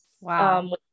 Wow